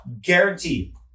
guarantee